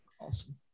Awesome